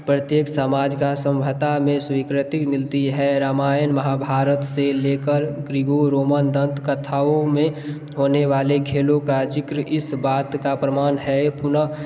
प्रत्येक समाज की सभ्यता में स्वीकृति मिलती है रामायण महाभारत से ले कर प्रिगो रोमन दंत कथाओं में होने वाले खेलों का ज़िक्र इस बात का प्रमाण है पुनः